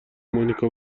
مانیکا